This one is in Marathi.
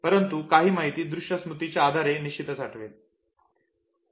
परंतु काही माहिती दृश्य स्मृतीच्या आधारे निश्चितच आठवेल